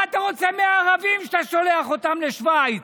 מה אתה רוצה מערבים, שאתה שולח אותם לשווייץ?